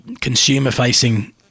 consumer-facing